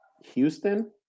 Houston